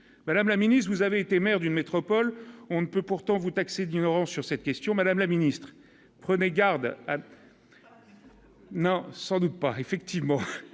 Madame la Ministre, vous avez été maire d'une métropole, on ne peut pourtant vous taxer donneront sur cette question, Madame la Ministre, prenez garde, n'a sans doute pas effectivement